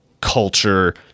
culture